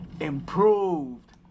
Improved